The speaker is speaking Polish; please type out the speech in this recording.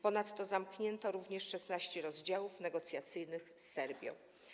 Ponadto zamknięto również 16 rozdziałów negocjacyjnych z Serbią.